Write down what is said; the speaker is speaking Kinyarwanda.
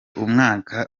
umwaka